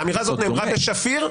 האמירה הזאת נאמרה במפורש.